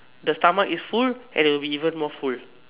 the stomach is full and it'll be even more full